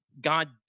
God